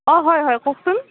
অঁ হয় হয় কওকচোন